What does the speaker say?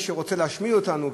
מפני מי שרוצה להשמיד אותנו,